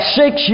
six